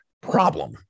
problem